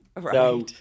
Right